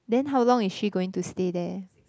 then how long is she going to stay there